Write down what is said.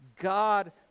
god